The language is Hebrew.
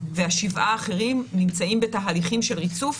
והשבעה האחרים נמצאים בתהליכים של ריצוף.